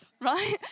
right